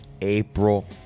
April